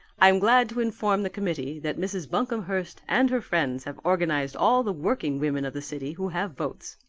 i am glad to inform the committee that mrs. buncomhearst and her friends have organized all the working women of the city who have votes.